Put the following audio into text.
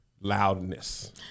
Loudness